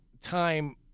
time